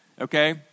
okay